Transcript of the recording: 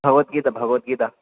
Bhagavad Gita Bhagavad Gita